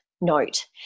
note